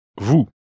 Vous